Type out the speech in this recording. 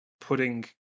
putting